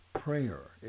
Prayer